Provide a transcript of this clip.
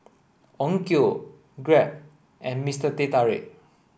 Onkyo Grab and Mister Teh Tarik